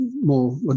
More